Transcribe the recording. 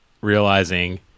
realizing